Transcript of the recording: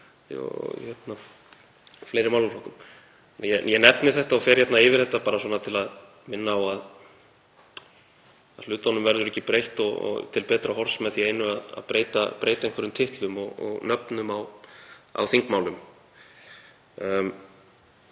og fleiri málaflokkum. Ég nefni þetta og fer yfir það bara til að minna á að hlutunum verður ekki breytt og til betra horfs með því einu að breyta einhverjum titlum og nöfnum á þingmálum.